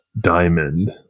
diamond